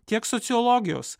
tiek sociologijos